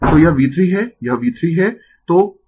तो यह V3 है यह V3 है